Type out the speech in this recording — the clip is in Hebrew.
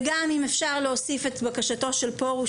וגם אם אפשר להוסיף את בקשתו של הרב פורוש,